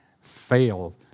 fail